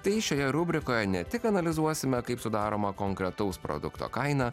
tai šioje rubrikoje ne tik analizuosime kaip sudaroma konkretaus produkto kaina